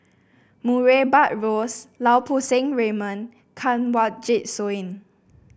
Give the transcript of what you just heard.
Murray Buttrose Lau Poo Seng Raymond Kanwaljit Soin